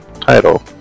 title